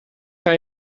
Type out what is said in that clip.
hij